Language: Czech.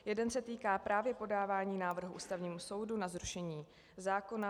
Jeden se týká právě podávání návrhů Ústavnímu soudu na zrušení zákona.